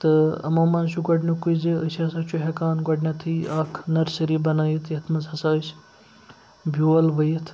تہٕ أمو منٛز چھِ گۄڈنیُکُے زِ أسۍ ہَسا چھُ ہٮ۪کان گۄڈنٮ۪تھٕے اَکھ نَرسٔری بَنٲوِتھ یَتھ منٛز ہَسا أسۍ بیول ؤوِتھ